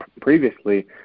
previously